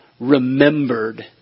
remembered